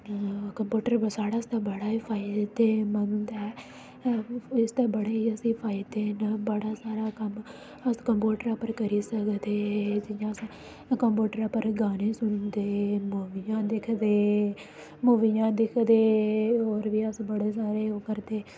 computer साढ़ै आस्तै बड़ा ही असें फायदेमंद ऐ इसदा बड़ा ही असें फायदे न बड़ा सारा कम्म अस कंप्यूटर उप्पर करी सकदे जियां अस कंप्यूटर पर गाने सुनदे मूवियां दिखदे मूवियां दिखदे होर बी अस बड़े सारे ओह् करदे